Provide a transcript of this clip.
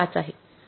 ५ आहे